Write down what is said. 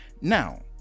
Now